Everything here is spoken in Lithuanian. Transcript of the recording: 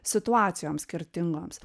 situacijoms skirtingoms